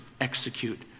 execute